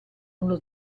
uno